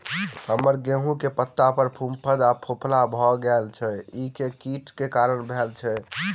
हम्मर गेंहूँ केँ पत्ता पर फफूंद आ फफोला भऽ गेल अछि, ओ केँ कीट केँ कारण भेल अछि?